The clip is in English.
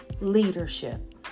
leadership